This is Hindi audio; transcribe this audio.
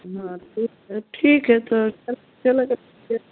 हाँ ठीक है ठीक है तो